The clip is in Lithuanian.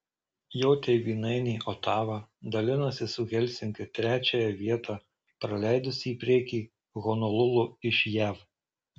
jo tėvynainė otava dalinasi su helsinkiu trečiąją vietą praleidusi į priekį honolulu iš jav